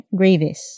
gravis